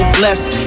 blessed